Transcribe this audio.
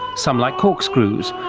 some like corkscrews.